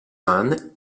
mann